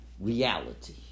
reality